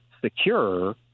secure